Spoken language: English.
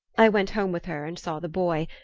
i went home with her and saw the boy.